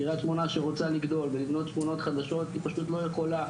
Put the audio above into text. קריית שמונה שרוצה לגדול ולבנות שכונות חדשות היא פשוט לא יכולה,